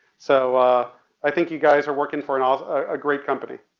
so i think you guys are working for an awe, a great company.